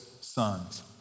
sons